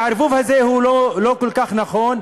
לכן, הערבוב הזה לא כל כך נכון.